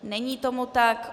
Není tomu tak.